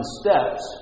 steps